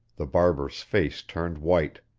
the barber's face turned white.